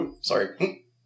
sorry